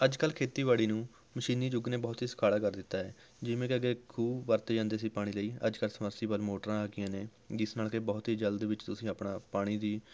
ਅੱਜ ਕੱਲ੍ਹ ਖੇਤੀਬਾੜੀ ਨੂੰ ਮਸ਼ੀਨੀ ਯੁੱਗ ਨੇ ਬਹੁਤ ਹੀ ਸੁਖਾਲਾ ਕਰ ਦਿੱਤਾ ਹੈ ਜਿਵੇਂ ਕਿ ਅੱਗੇ ਖੂਹ ਵਰਤੇ ਜਾਂਦੇ ਸੀ ਪਾਣੀ ਲਈ ਅੱਜ ਕੱਲ੍ਹ ਸਬਮਰਸੀਬਲ ਮੋਟਰਾਂ ਆ ਗਈਆਂ ਨੇ ਜਿਸ ਨਾਲ ਕਿ ਬਹੁਤ ਹੀ ਜਲਦ ਵਿੱਚ ਤੁਸੀਂ ਆਪਣਾ ਪਾਣੀ ਦੀ